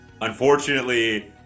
Unfortunately